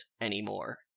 anymore